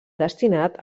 destinat